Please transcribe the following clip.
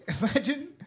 imagine